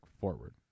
forward